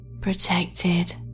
protected